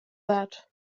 that